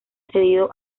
cedido